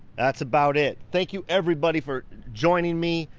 that's about it. thank you, everybody, for joining me.